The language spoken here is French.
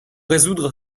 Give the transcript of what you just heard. résoudre